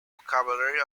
vocabulary